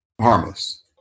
harmless